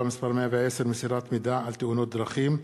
(מס' 110) (מסירת מידע על תאונות דרכים),